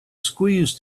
squeezed